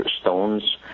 stones